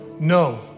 no